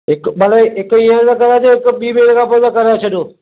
हिकु मतिलबु हिकु हींअर था कराए छॾूं हिकु ॿीं महिने खां पोइ था कराए छॾूं